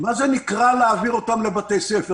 מה זה נקרא להעביר אותם לבתי ספר?